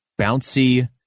bouncy